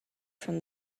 from